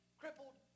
crippled